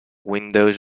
windows